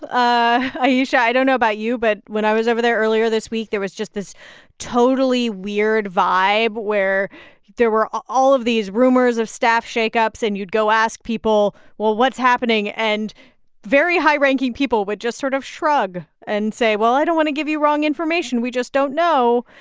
ayesha, i don't know about you. but when i was over there earlier this week, there was just this totally weird vibe where there were all of these rumors of staff shake-ups. and you'd go ask people, well, what's happening? and very high-ranking people would just sort of shrug and say, well, i don't want to give you wrong information. we just don't know.